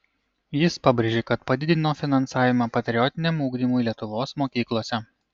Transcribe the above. jis pabrėžė kad padidino finansavimą patriotiniam ugdymui lietuvos mokyklose